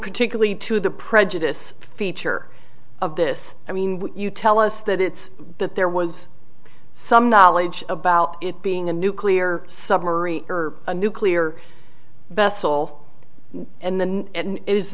particularly to the prejudice feature of this i mean when you tell us that it's that there was some knowledge about it being a nuclear submarine or a nuclear vessel and then